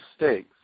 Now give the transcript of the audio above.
mistakes